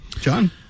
John